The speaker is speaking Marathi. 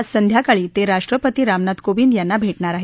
आज संध्याकाळी ते राष्ट्रपती रामनाथ कोविंद यांना भे गोार आहेत